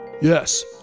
Yes